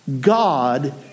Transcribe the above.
God